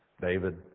David